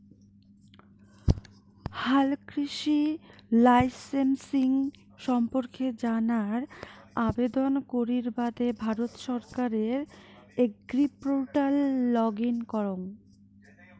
হালকৃষি লাইসেমসিং সম্পর্কে জানার আবেদন করির বাদে ভারত সরকারের এগ্রিপোর্টাল লগ ইন করঙ